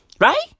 Right